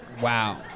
Wow